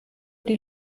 die